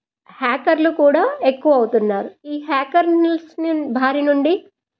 హ్యాకర్లు కూడా ఎక్కువవుతున్నారు ఈ హ్యాకెర్స్ భారీ నుండి